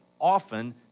often